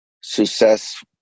success